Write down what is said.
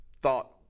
thought